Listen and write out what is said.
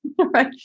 right